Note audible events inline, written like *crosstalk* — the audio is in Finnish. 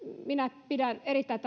minä pidän erittäin *unintelligible*